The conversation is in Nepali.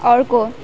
अर्को